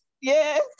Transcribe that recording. yes